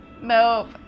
Nope